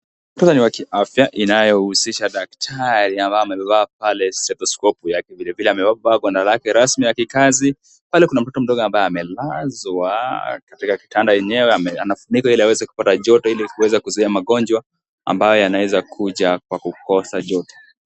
Kituo ni ya afya ambao inahusisha daktari ambaye amevaa pale steloskopu yake vilevile amevaa vazi lake yake rasmi ya kikazi pale kuna mtoto ambaye amelazwa katika kitanda yenyewe anafunikwa iliaweze kupata choto kuweza kuzuia magonjwa ambayo yanaweza kuja kwa kukosa choto.